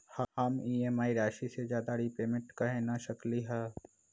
हम ई.एम.आई राशि से ज्यादा रीपेमेंट कहे न कर सकलि ह?